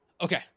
Okay